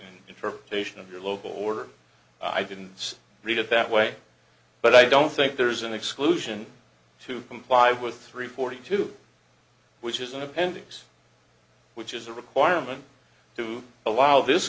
interpretation of your local order i didn't read it that way but i don't think there's an exclusion to comply with three forty two which is an appendix which is a requirement to allow this